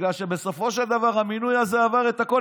בגלל שבסופו של דבר המינוי הזה עבר את הכול.